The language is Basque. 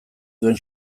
duen